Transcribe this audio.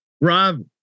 Rob